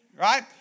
right